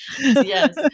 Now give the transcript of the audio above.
Yes